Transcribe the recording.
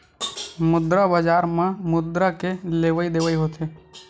मुद्रा बजार म मुद्रा के लेवइ देवइ होथे